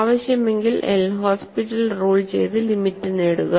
ആവശ്യമെങ്കിൽ L'Hospital rule ചെയ്ത് limit നേടുക